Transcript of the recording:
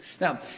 Now